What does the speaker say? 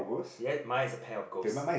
yet mine is a pair of goats